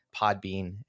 Podbean